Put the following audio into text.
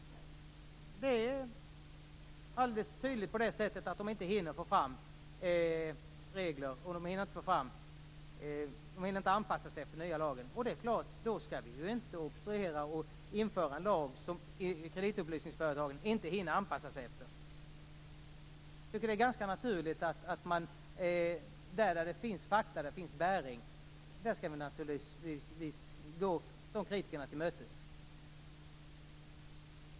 Det är alldeles tydligt på det sättet att man inte hinner få fram regler och anpassa sig till den nya lagen som det ser ut nu, och då skall vi inte obstruera och införa en lag som kreditupplysningsföretagen inte hinner anpassa sig efter. Jag tycker att det är ganska naturligt att man, där det finns fakta och bäring, skall gå kritikerna till mötes.